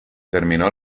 terminó